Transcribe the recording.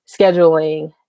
scheduling